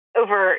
over